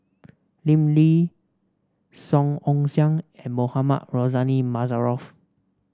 Lim Lee Song Ong Siang and Mohamed Rozani Maarof